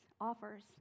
offers